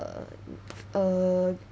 err err